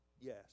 Yes